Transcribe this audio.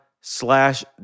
slash